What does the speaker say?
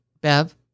Bev